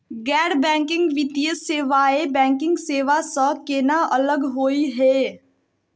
गैर बैंकिंग वित्तीय सेवाएं, बैंकिंग सेवा स केना अलग होई हे?